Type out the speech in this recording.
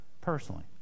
personally